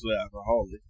alcoholic